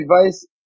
advice